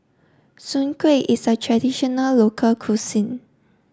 Soon Kuih is a traditional local cuisine